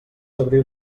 abril